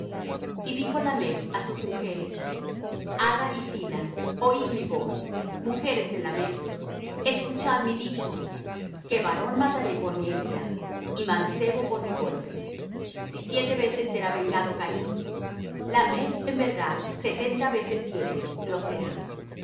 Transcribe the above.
y dijo lamech á sus mujeres ada y zilla oid mi voz mujeres de lamech escuchad mi dicho que varón mataré por mi herida y mancebo por mi golpe si siete veces será vengado caín lamech en verdad setenta veces siete lo será